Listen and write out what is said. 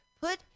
put